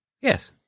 yes